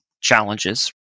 challenges